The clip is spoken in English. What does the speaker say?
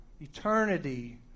eternity